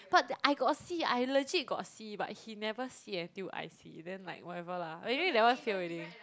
but I got see I legit got see but he never see until I see then like whatever lah but anyway that one fail already